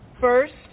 First